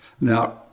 Now